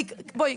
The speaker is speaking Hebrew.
בואי,